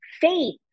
faith